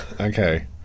okay